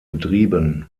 betrieben